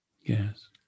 Yes